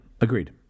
agreed